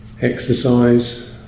exercise